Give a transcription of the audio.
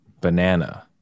Banana